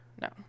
No